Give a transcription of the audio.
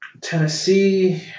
Tennessee